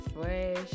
fresh